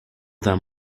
them